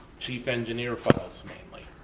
chief engineer files, mainly.